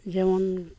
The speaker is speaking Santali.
ᱡᱮᱢᱚᱱ